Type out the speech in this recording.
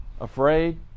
afraid